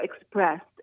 expressed